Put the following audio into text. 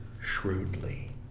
shrewdly